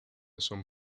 son